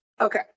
okay